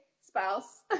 spouse